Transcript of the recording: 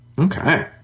okay